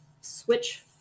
switch